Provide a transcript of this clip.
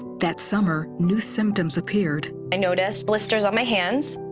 that summer new symptoms appeared. i noticed blisters on my hands.